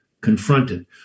confronted